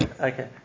Okay